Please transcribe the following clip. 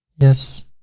yes.